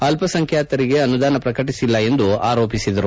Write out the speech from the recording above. ಅಲ್ಪಸಂಖ್ಕಾತರಿಗೆ ಅನುದಾನ ಪ್ರಕಟಿಸಿಲ್ಲ ಎಂದು ಆರೋಪಿಸಿದರು